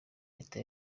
leta